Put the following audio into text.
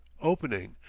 opening,